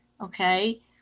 okay